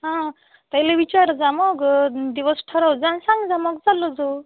हां त्याला विचार जा मग दिवस ठरव जा आणि सांग जा मग चाललो जाऊ